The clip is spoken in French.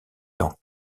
dans